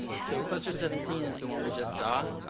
so, cluster seventeen is the one we just saw.